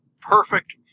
perfect